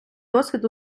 досвід